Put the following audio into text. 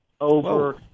over